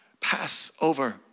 Passover